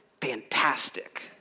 fantastic